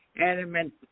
adamant